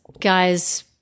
guys